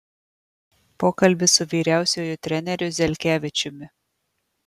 pokalbis su vyriausiuoju treneriu zelkevičiumi